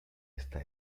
esta